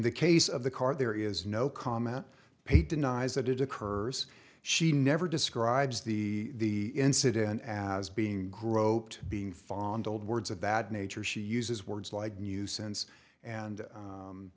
the case of the car there is no comment paid denies that it occurs she never describes the incident as being groped being fond old words of that nature she uses words like nuisance and